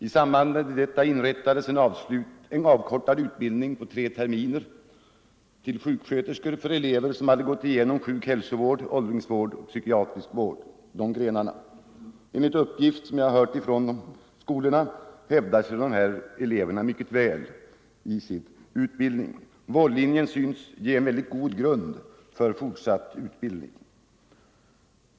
I samband med detta inrättades en avkortad utbildning till sjuksköterskor på tre terminer för elever som gått igenom grenarna sjukoch hälsovård, åldringsvård och psykiatrisk vård. Enligt uppgift hävdar sig dessa elever mycket väl i sin utbildning. Vårdlinjen synes ge god grund för fortsatt utbildning.